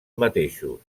mateixos